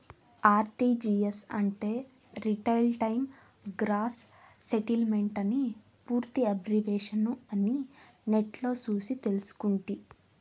RTGS అంటే real time gross సెటిల్మెంటని పూర్తి ఎబ్రివేషను అని నెట్లో సూసి తెల్సుకుంటి